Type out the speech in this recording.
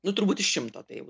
nu turbūt iš šimto tai jau